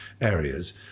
areas